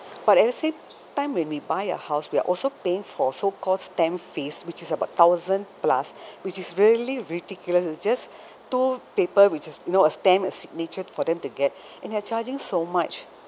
but at the same time when we buy a house we're also paying for so called stamp fees which is about thousand plus which is really ridiculous is just two paper which is you know a stamp a signature for them to get and they're charging so much